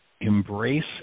embrace